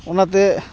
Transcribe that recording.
ᱚᱱᱟᱛᱮ